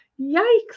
yikes